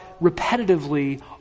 repetitively